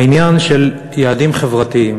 העניין של יעדים חברתיים.